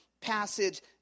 passage